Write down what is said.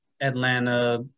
Atlanta